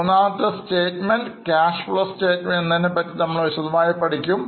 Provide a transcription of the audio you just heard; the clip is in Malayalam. മൂന്നാമത്തെ സ്റ്റേറ്റ്മെൻറ് Cash Flow Statement എന്നതിനെപ്പറ്റിനമ്മൾ വിശദമായി പഠിക്കും